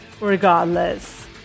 regardless